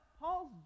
Paul's